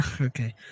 Okay